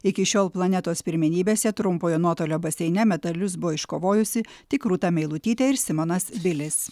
iki šiol planetos pirmenybėse trumpojo nuotolio baseine medalius buvo iškovojusi tik rūta meilutytė ir simonas bilis